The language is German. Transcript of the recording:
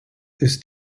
ist